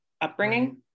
upbringing